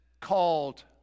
called